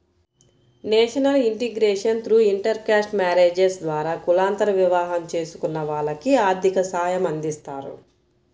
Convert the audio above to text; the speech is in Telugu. national integration through intercaste marriages ద్వారా కులాంతర వివాహం చేసుకున్న వాళ్లకి ఆర్థిక సాయమందిస్తారు